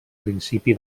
principi